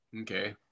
Okay